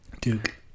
Duke